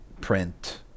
print